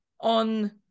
on